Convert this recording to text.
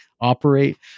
operate